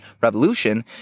revolution